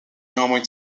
néanmoins